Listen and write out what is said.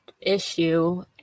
issue